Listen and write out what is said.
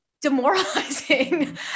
demoralizing